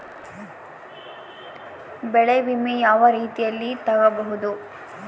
ಬೆಳೆ ವಿಮೆ ಯಾವ ರೇತಿಯಲ್ಲಿ ತಗಬಹುದು?